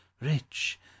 rich